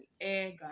egg